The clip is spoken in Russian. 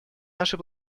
нашей